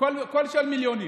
קול של מיליונים.